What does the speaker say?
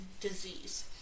disease